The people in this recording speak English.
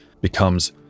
becomes